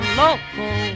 local